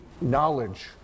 knowledge